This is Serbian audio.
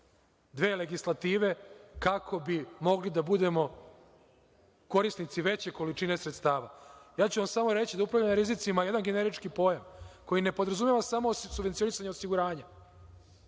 dve legislative, kako bi mogli da budemo korisnici veće količine sredstava. Samo ću vam reći da je upravljanje rizicima jedan generički pojam, koji ne podrazumeva samo subvencionisanje osiguranja,